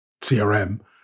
CRM